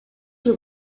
were